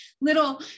little